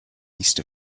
east